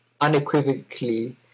unequivocally